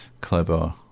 clever